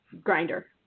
grinder